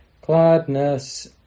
gladness